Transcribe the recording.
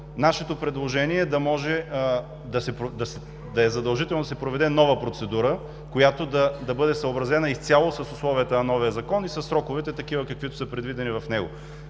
нашето предложение е задължително да се проведе нова процедура, която да бъде съобразена изцяло с условията на новия Закон и със сроковете, предвидени в него.